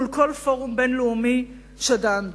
מול כל פורום בין-לאומי שדן בו.